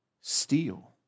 steal